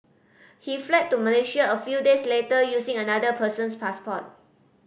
he fled to Malaysia a few days later using another person's passport